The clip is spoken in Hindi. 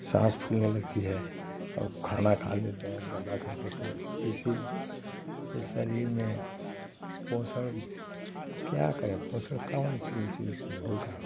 साँस फूलने लगती है और खाना खा लेते हैं ज़्यादा करके तो इसी से शरीर में पोषण क्या करें पोषण कौन ची चीज़ से होगा